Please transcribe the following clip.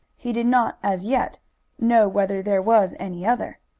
he did not as yet know whether there was any other.